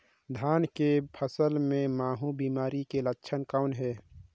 धान के फसल मे महू बिमारी के लक्षण कौन हे?